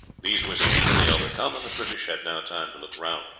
these were speedily overcome, and the british had now time to look round,